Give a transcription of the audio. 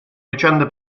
vicende